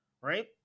Right